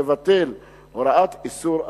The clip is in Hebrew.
לבטל את הוראת איסור השימוש.